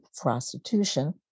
prostitution